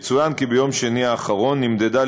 יצוין כי ביום שני האחרון נמדדה,